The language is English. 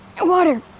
water